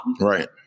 Right